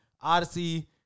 Odyssey